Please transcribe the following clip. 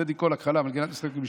טדי קולק חלם על גינת משחקים משותפת.